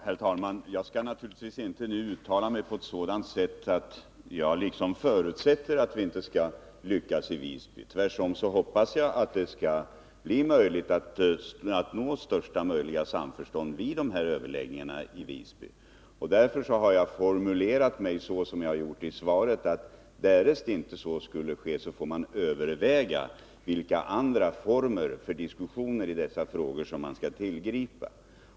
Herr talman! Jag skall naturligtvis inte uttala mig så, att jag liksom förutsätter att vi inte lyckas i Visby. Tvärtom hoppas jag att det skall bli möjligt att i Visby snabbt nå största möjliga samförstånd vid överläggningarna. Därför har jag formulerat mig så som jag har gjort i svaret, att om överläggningarna inte leder till önskat resultat kommer jag att överväga vilka andra former för diskussioner i dessa frågor som man kan tillgripa.